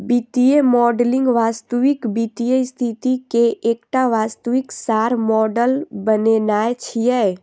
वित्तीय मॉडलिंग वास्तविक वित्तीय स्थिति के एकटा वास्तविक सार मॉडल बनेनाय छियै